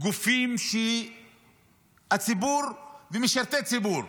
גופים של הציבור ומשרתי הציבור,